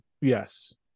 Yes